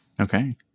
Okay